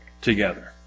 together